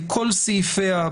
בכל סעיפיה,